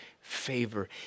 favor